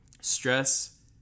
stress